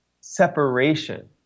separation